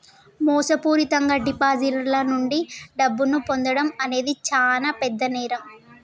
మోసపూరితంగా డిపాజిటర్ల నుండి డబ్బును పొందడం అనేది చానా పెద్ద నేరం